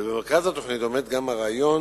ובמרכז התוכנית עומד גם הרעיון